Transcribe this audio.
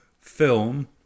film